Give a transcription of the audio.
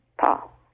Paul